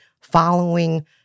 following